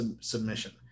submission